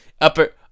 Upper